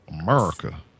America